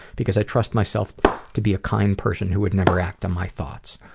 because i trust myself to be a kind person who would never act on my thoughts.